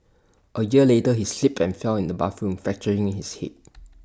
A year later he slipped and fell in the bathroom fracturing his hip